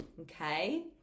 okay